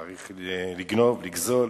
צריך לגנוב, לגזול,